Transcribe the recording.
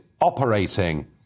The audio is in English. operating